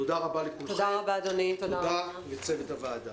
תודה רבה לכולכם, תודה לצוות הוועדה.